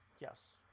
Yes